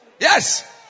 Yes